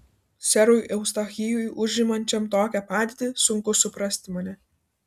serui eustachijui užimančiam tokią padėtį sunku suprasti mane